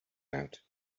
out